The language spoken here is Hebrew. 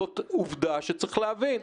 זאת עובדה שצריך להבין,